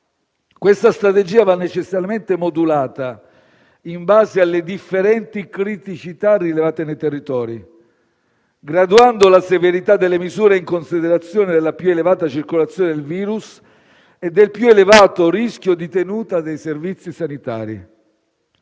Questa strategia va necessariamente modulata in base alle differenti criticità rilevate nei territori, graduando la severità delle misure in considerazione della più elevata circolazione del virus e del più elevato rischio di tenuta dei servizi sanitari.